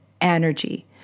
energy